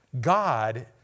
God